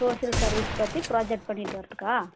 social service பற்றி project பண்ணிவிட்டு வரதுக்கா